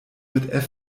mit